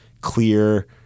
clear